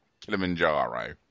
Kilimanjaro